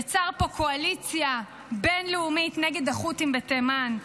יצר פה קואליציה בין-לאומית נגד החות'ים בתימן,